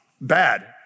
bad